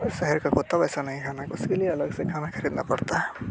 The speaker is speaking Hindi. और शहर के कुत्ते वैसा नही खाना उसके लिए अलग से खाना ख़रीदना पड़ता है